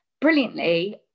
Brilliantly